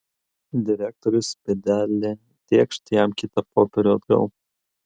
direktorius pėdelė tėkšt jam kitą popierių atgal